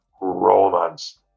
Romance